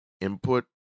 input